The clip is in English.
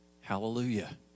Hallelujah